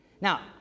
Now